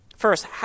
First